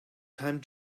time